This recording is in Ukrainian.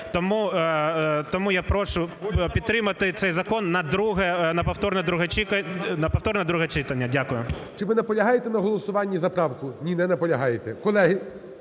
Тому я прошу підтримати цей закон на повторне друге читання. Дякую. ГОЛОВУЮЧИЙ. Чи ви наполягаєте на голосуванні за правку? Ні, не наполягаєте.